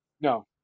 No